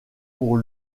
pour